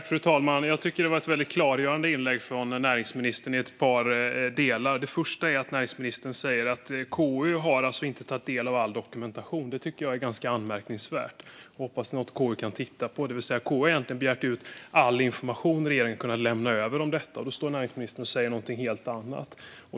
Fru talman! Jag tycker att det var ett väldigt klargörande inlägg från näringsministern i ett par delar. Det första jag vill ta upp är att näringsministern säger att KU inte har tagit del av all dokumentation. Det tycker jag är ganska anmärkningsvärt. Jag hoppas att det är något som KU kan titta på. KU har egentligen begärt ut all information regeringen kunnat lämna över om detta. Men näringsministern står och säger någonting helt annat.